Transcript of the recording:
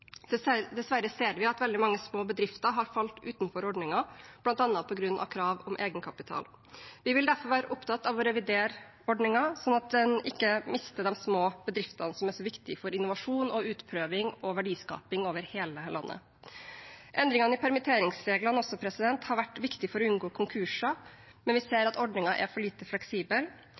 Dessverre ser vi at veldig mange små bedrifter har falt utenfor ordningen, bl.a. på grunn av krav om egenkapital. Vi vil derfor være opptatt av å revidere ordningen, sånn at en ikke mister de små bedriftene som er så viktige for innovasjon, utprøving og verdiskaping over hele landet. Endringene i permitteringsreglene har også vært viktige for å unngå konkurser, men vi ser at ordningen er for lite fleksibel.